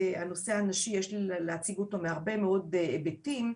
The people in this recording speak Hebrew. הנושא הנשי יש לי רצון להציג אותו מהרבה מאוד היבטים,